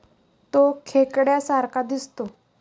तो खेकड्या सारखा दिसतो